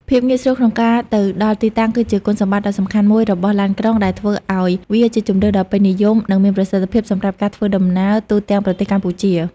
ភាពងាយស្រួលក្នុងការទៅដល់ទីតាំង គឺជាគុណសម្បត្តិដ៏សំខាន់មួយរបស់ឡានក្រុង ដែលធ្វើឱ្យវាជាជម្រើសដ៏ពេញនិយម និងមានប្រសិទ្ធភាពសម្រាប់ការធ្វើដំណើរទូទាំងប្រទេសកម្ពុជា។